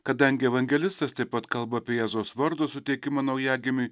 kadangi evangelistas taip pat kalba apie jėzaus vardo suteikimą naujagimiui